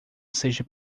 seja